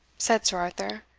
said sir arthur,